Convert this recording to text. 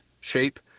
shape